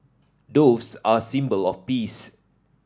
doves are symbol of peace